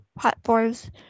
platforms